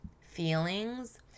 feelings